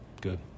Good